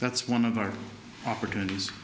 that's one of our opportunities